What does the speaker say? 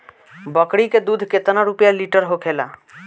बकड़ी के दूध केतना रुपया लीटर होखेला?